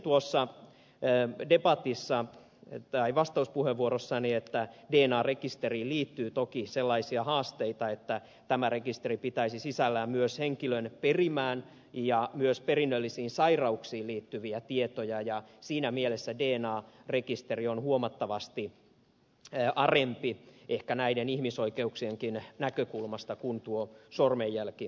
niin kun totesin tuossa vastauspuheenvuorossani dna rekisteriin liittyy toki sellaisia haasteita että tämä rekisteri pitäisi sisällään myös henkilön perimään ja myös perinnöllisiin sairauksiin liittyviä tietoja ja siinä mielessä dna rekisteri on huomattavasti arempi ehkä näiden ihmisoikeuksienkin näkökulmasta kuin tuo sormenjälkirekisteri